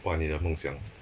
what are 你的梦想